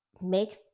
make